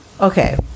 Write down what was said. Okay